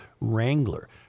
Wrangler